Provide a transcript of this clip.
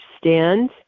stand